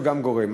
שהוא גם גורם.